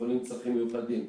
חולים עם צרכים מיוחדים,